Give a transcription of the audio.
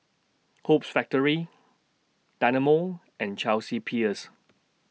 Hoops Factory Dynamo and Chelsea Peers